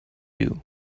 you